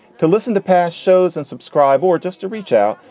to listen to past shows and subscribe or just to reach out,